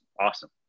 awesome